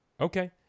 Okay